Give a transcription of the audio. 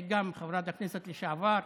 חברת הכנסת לשעבר,